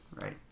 Right